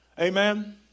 Amen